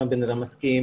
אם הבן אדם מסכים,